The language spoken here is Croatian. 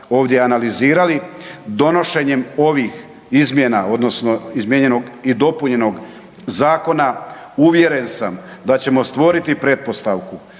ovdje analizirali. Donošenjem ovih izmjena odnosno izmijenjenog i dopunjenog zakona, uvjeren sam da ćemo stvoriti pretpostavku